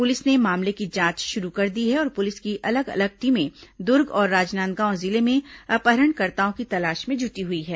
police ने मामले की जांच शुरू कर दी है और पुलिस की अलग अलग टीमें दुर्ग और राजनांदगांव जिले में अपहरणकर्ताओं की तलाश में जुटी हुई हैं